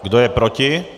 Kdo je proti?